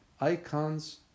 icons